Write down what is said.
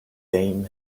same